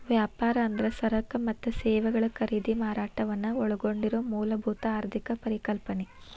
ವ್ಯಾಪಾರ ಅಂದ್ರ ಸರಕ ಮತ್ತ ಸೇವೆಗಳ ಖರೇದಿ ಮಾರಾಟವನ್ನ ಒಳಗೊಂಡಿರೊ ಮೂಲಭೂತ ಆರ್ಥಿಕ ಪರಿಕಲ್ಪನೆ